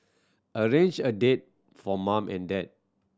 arrange a date for mum and dad